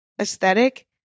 aesthetic